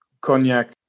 cognac